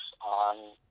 on